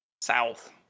south